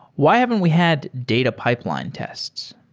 why haven't we had data pipeline tests?